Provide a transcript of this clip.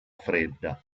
fredda